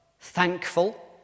thankful